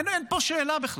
אין פה שאלה בכלל.